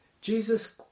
Jesus